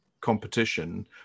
competition